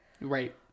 Right